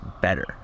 better